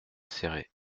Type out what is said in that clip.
céré